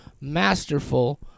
masterful